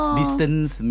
distance